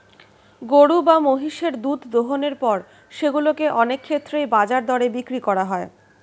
গরু বা মহিষের দুধ দোহনের পর সেগুলো কে অনেক ক্ষেত্রেই বাজার দরে বিক্রি করা হয়